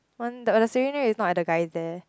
one the oh the secondary is not at the guy there